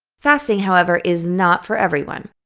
fasting, however, is not for everyone.